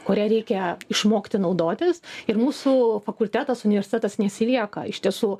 kuria reikia išmokti naudotis ir mūsų fakultetas universitetas neatsilieka iš tiesų